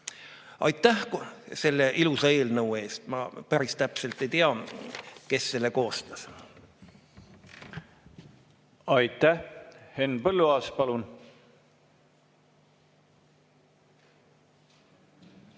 Aitäh selle ilusa eelnõu eest! Ma päris täpselt ei tea, kes selle koostas. Aitäh! Henn Põlluaas, palun!